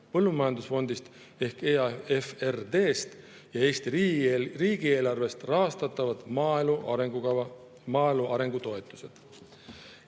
Põllumajandusfondist ehk EAFRD‑st ja Eesti riigieelarvest rahastatavad maaelu arengu toetused.